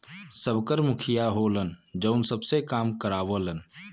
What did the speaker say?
सबकर मुखिया होलन जौन सबसे काम करावलन